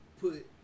put